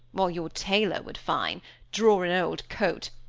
while your tailor would fine draw an old coat.